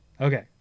Okay